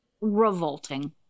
revolting